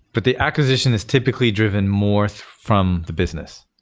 but the acquisition is typically driven more from the business.